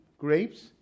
grapes